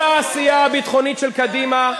ההתנתקות,